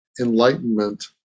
enlightenment